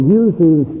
uses